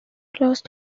close